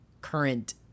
current